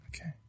Okay